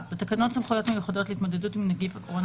1. בתקנות סמכויות מיוחדות להתמודדות עם נגיף הקורונה